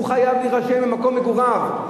הוא חייב להירשם במקום מגוריו,